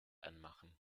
anmachen